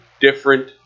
different